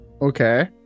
Okay